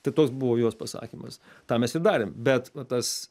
tai toks buvo jos pasakymas tą mes ir darėm bet va tas